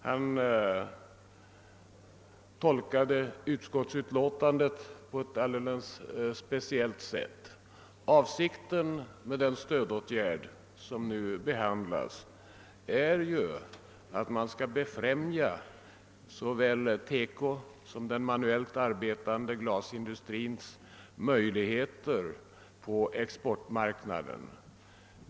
Han tolkade nämligen statsutskottets utlåtande på ett alldeles speciellt sätt. Avsikten med den stödåtgärd som nu behandlas är ju att befrämja såväl TEKO-industrins som den manuellt arbetande glasindustrins möjligheter på exportmarknaden.